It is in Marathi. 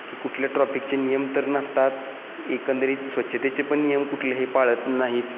की कुठल्या ट्रॉपिकचे नियम तर नसतात एकंदरीत स्वच्छतेचे पण नियम कुठले हे पाळत नाहीत